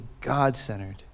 God-centered